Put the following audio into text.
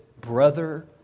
Brother